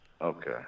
Okay